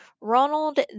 Ronald